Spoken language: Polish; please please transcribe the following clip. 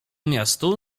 miastu